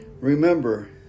Remember